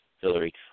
Hillary